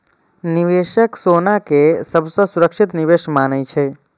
निवेशक सोना कें सबसं सुरक्षित निवेश मानै छै